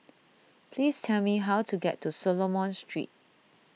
please tell me how to get to Solomon Street